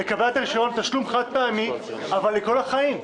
לקבלת הרישיון תשלום חד פעמי לכל החיים.